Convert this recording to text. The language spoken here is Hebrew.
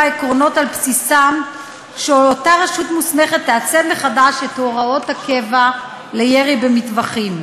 עקרונות שעל בסיסם אותה רשות תעצב מחדש את הוראות הקבע לירי במטווחים,